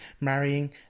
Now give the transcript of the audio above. marrying